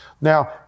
Now